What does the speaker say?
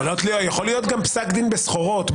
יכול להיות גם פסק דין בסחורות.